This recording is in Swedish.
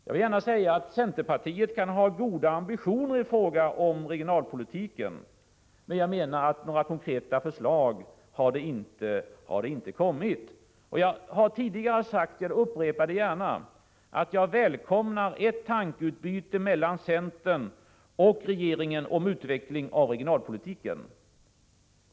Jag vill gärna säga att centerpartiet kan ha goda ambitioner i fråga om regionalpolitiken, men några konkreta förslag har man inte fört fram. Jag har tidigare sagt, och jag upprepar det gärna, att jag välkomnar ett tankeutbyte mellan centerpartiet och regeringen om utvecklingen av regionalpolitiken.